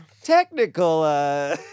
Technical